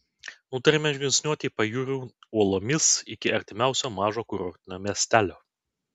nutarėme žingsniuoti pajūriu uolomis iki artimiausio mažo kurortinio miestelio